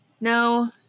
No